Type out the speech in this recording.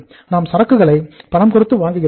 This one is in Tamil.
நாம் சரக்குகளை பணம் கொடுத்து வாங்குகிறோமோ